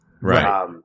Right